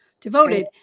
devoted